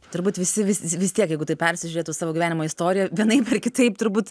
turbūt visi vis tiek jeigu taip persižiūrėtų savo gyvenimo istoriją vienaip ar kitaip turbūt